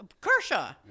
Kershaw